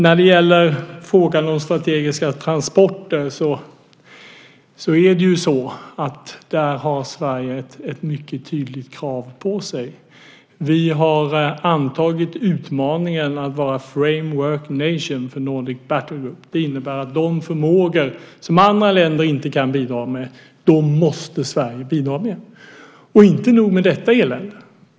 När det gäller strategiska transporter har Sverige ett mycket tydligt krav på sig. Vi har antagit utmaningen att vara så kallad Framework Nation för Nordic Battle Group. Det innebär att de förmågor som andra länder inte kan bidra med, de måste Sverige bidra med. Och inte nog med detta elände!